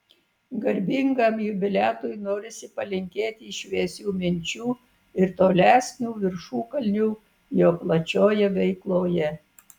garbingam jubiliatui norisi palinkėti šviesių minčių ir tolesnių viršukalnių jo plačioje veikloje